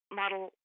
model